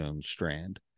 Strand